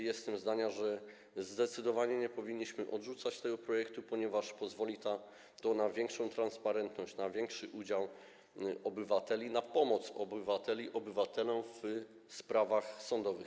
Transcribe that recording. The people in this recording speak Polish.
Jestem jednak zdania, że zdecydowanie nie powinniśmy odrzucać tego projektu, ponieważ pozwoli to na większą transparentność, na większy udział obywateli, na pomoc obywatelom w sprawach sądowych.